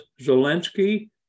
Zelensky